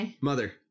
Mother